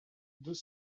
deux